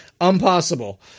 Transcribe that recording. impossible